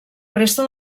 resta